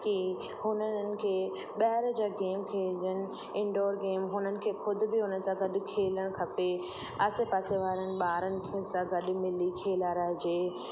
की हुननि खे ॿाहिरि जा गेम खेॾनि इंडोर गेम हुननि खे ख़ुदि बि उन्हनि सां गॾु खेलणु खपे आसे पासे वारनि ॿारनि सां गॾु मिली खेलाराइजे